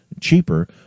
cheaper